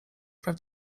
praw